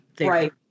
right